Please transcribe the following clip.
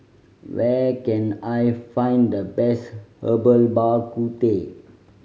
where can I find the best Herbal Bak Ku Teh